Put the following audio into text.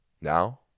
Now